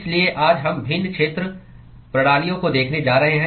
इसलिए आज हम भिन्न क्षेत्र प्रणालियों को देखने जा रहे हैं